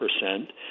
percent